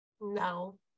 No